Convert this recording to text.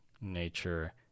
nature